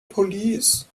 police